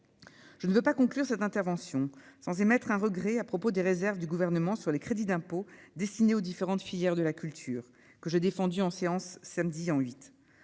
Je ne veux pas conclure cette intervention sans émettre un regret à propos des réserves du gouvernement sur les crédits d'impôt destiné aux différentes filières de la culture, que j'ai défendu en séance samedi en 8